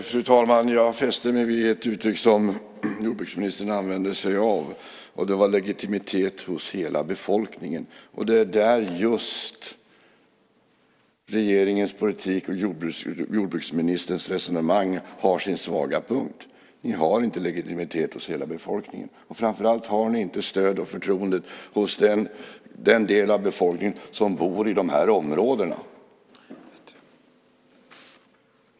Fru talman! Jag fäster mig vid ett uttryck som ministern använde. Hon talade om "legitimitet i hela befolkningen". Det är just det som är den svaga punkten i regeringens politik och jordbruksministerns resonemang. Ni har inte legitimitet hos hela befolkningen. Framför allt har ni inte stöd och förtroende hos den del av befolkningen som bor i de här områdena.